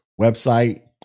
website